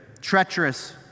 treacherous